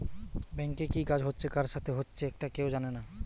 ব্যাংকে কি কাজ হচ্ছে কার সাথে হচ্চে একটা কেউ জানে না